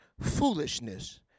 foolishness